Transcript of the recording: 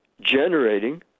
generating